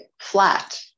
flat